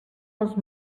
les